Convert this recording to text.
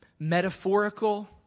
Metaphorical